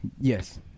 yes